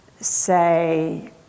say